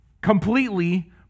completely